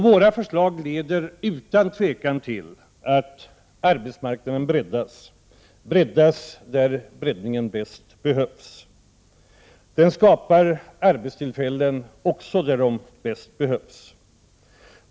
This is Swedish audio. Våra förslag leder utan tvivel till att arbetsmarknaden breddas, just där det bäst behövs, och de skapar arbetstillfällen, också just där de bäst behövs.